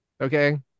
Okay